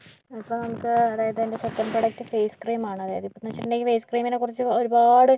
ഇപ്പോൾ നമുക്ക് അതായത് എൻ്റെ സെക്കൻഡ് പ്രൊഡക്റ്റ് ഫേസ് ക്രീം ആണ് അതായത് ഇപ്പന്ന് വെച്ചിട്ടുണ്ടെങ്കിൽ ഫേസ്ക്രീമിനെ കുറിച്ച് ഒരുപാട്